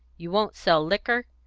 you won't sell liquor?